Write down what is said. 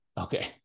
okay